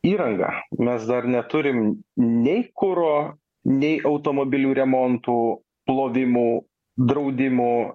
įrangą mes dar neturim nei kuro nei automobilių remontų plovimų draudimų